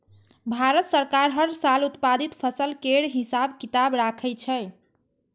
भारत सरकार हर साल उत्पादित फसल केर हिसाब किताब राखै छै